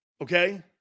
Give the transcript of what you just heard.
Okay